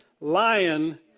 lion